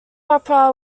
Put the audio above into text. opera